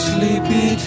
Sleepy